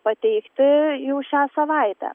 pateikti jau šią savaitę